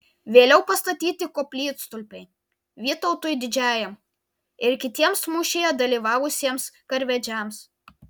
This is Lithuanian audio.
vėliau pastatyti koplytstulpiai vytautui didžiajam ir kitiems mūšyje dalyvavusiems karvedžiams